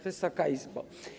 Wysoka Izbo!